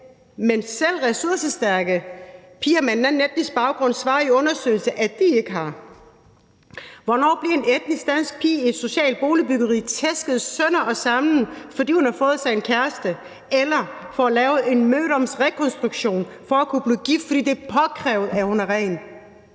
men selv ressourcestærke piger med en anden etnisk baggrund svarer i undersøgelser, at de ikke har det? Hvornår bliver en etnisk dansk pige i et socialt boligbyggeri tæsket sønder og sammen, fordi hun har fået sig en kæreste, eller får lavet en mødomsrekonstruktion for at kunne blive gift, fordi det er påkrævet, at hun er ren?